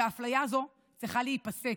והאפליה הזו צריכה להיפסק.